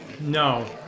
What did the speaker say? No